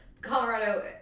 colorado